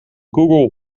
google